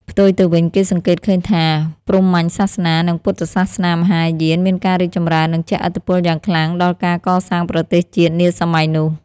ផ្ទុយទៅវិញ គេសង្កេតឃើញថា ព្រហ្មញ្ញសាសនា និងពុទ្ធសាសនាមហាយានមានការរីកចម្រើន និងជះឥទ្ធិពលយ៉ាងខ្លាំងដល់ការកសាងប្រទេសជាតិនាសម័យនោះ។